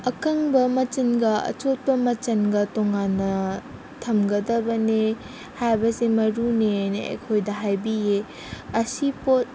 ꯑꯀꯪꯕ ꯃꯆꯟꯒ ꯑꯆꯣꯠꯄ ꯃꯆꯟꯒ ꯇꯣꯡꯉꯥꯟꯅ ꯊꯝꯒꯗꯕꯅꯦ ꯍꯥꯏꯕꯁꯦ ꯃꯔꯨꯅꯦꯅ ꯑꯩꯈꯣꯏꯗ ꯍꯥꯏꯕꯤꯌꯦ ꯑꯁꯤ ꯄꯣꯠ